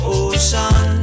ocean